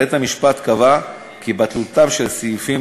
בית-המשפט קבע כי בטלותם של סעיפים